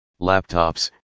laptops